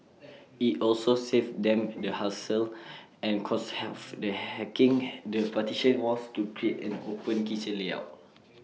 IT also saves them the hassle and cost of hacking the partition walls to create an open kitchen layout